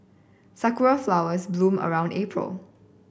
sakura flowers bloom around April